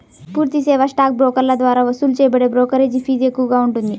పూర్తి సేవా స్టాక్ బ్రోకర్ల ద్వారా వసూలు చేయబడే బ్రోకరేజీ ఫీజు ఎక్కువగా ఉంటుంది